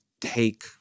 take